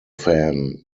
fan